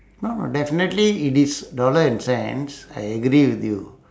no no definitely it is dollar and cents I agree with you